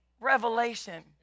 revelation